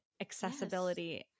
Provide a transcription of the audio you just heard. accessibility